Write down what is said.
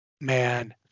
Man